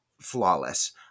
flawless